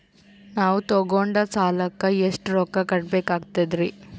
ನಾವು ತೊಗೊಂಡ ಸಾಲಕ್ಕ ಎಷ್ಟು ರೊಕ್ಕ ಕಟ್ಟಬೇಕಾಗ್ತದ್ರೀ?